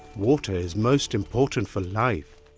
water is most important for life.